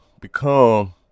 become